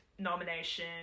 nomination